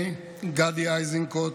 אני, גדי איזנקוט,